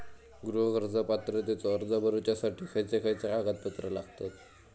गृह कर्ज पात्रतेचो अर्ज भरुच्यासाठी खयचे खयचे कागदपत्र लागतत?